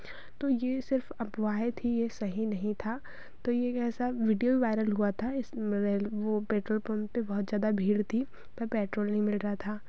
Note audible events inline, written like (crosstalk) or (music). तो यह सिर्फ़ अफ़वाहें थी यह सही नहीं था तो एक ऐसा वीडियो वायरल हुआ था इस (unintelligible) वह पेट्रोल पंप पर बहुत ज़्यादा भीड़ थी पेट्रोल नहीं मिल रहा था